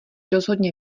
rozhodně